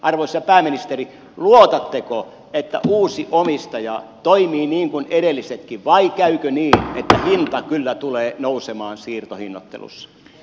arvoisa pääministeri luotatteko että uusi omistaja toimii niin kuin edellisetkin vai käykö niin että hinta kyllä tulee nousemaan siirtohinnoittelussa